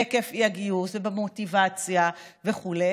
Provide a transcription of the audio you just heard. בהיקף האי-גיוס ובמוטיבציה וכו',